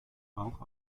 rauch